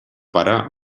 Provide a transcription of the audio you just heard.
pare